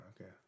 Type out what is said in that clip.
okay